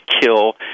kill